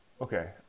okay